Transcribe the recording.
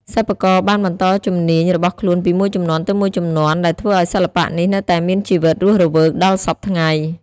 សិប្បករបានបន្តជំនាញរបស់ខ្លួនពីមួយជំនាន់ទៅមួយជំនាន់ ដែលធ្វើឱ្យសិល្បៈនេះនៅតែមានជីវិតរស់រវើកដល់សព្វថ្ងៃ។